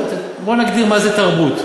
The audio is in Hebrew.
בואו נגדיר מה זה תרבות.